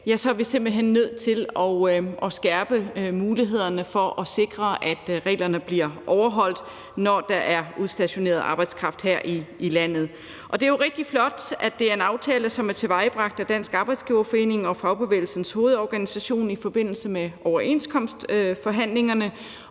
hen nødt til at skærpe mulighederne for at sikre, at reglerne bliver overholdt, når der er udstationeret arbejdskraft her i landet. Det er jo rigtig flot, at det er en aftale, som er tilvejebragt af Dansk Arbejdsgiverforening og Fagbevægelsens Hovedorganisation i forbindelse med overenskomstforhandlingerne.